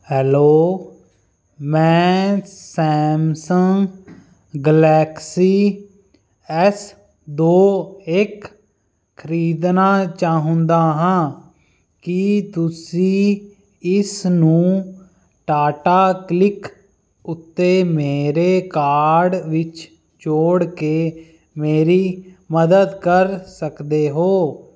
hello ਮੈਂ Samsung Galaxy S ਦੋ ਇੱਕ ਖਰੀਦਣਾ ਚਾਹੁੰਦਾ ਹਾਂ ਕੀ ਤੁਸੀਂ ਇਸ ਨੂੰ ਟਾਟਾ ਕਲਿਕ ਉੱਤੇ ਮੇਰੇ ਕਾਰਟ ਵਿੱਚ ਜੋੜ ਕੇ ਮੇਰੀ ਮਦਦ ਕਰ ਸਕਦੇ ਹੋ